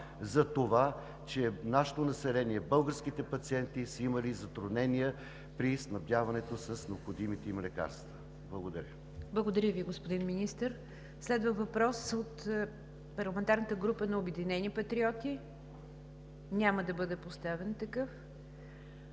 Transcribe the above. сигнал, че нашето население, българските пациенти са имали затруднения при снабдяването с необходимите им лекарства. Благодаря. ПРЕДСЕДАТЕЛ НИГЯР ДЖАФЕР: Благодаря Ви, господин Министър. Следва въпрос от парламентарна група на „Обединени патриоти“. Няма да бъде поставен такъв.